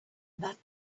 that